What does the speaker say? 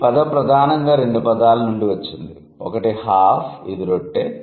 ఈ పదం ప్రధానంగా రెండు పదాల నుండి వచ్చింది ఒకటి హాఫ్ ఇది రొట్టె